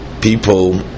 people